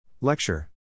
Lecture